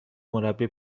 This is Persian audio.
مربی